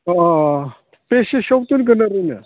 अ बेसेसोआव दोनगोन आरैनो